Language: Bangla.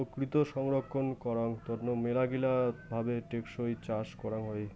প্রকৃতি সংরক্ষণ করাং তন্ন মেলাগিলা ভাবে টেকসই চাষ করাং হই